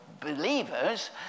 believers